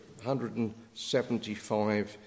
175